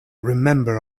remember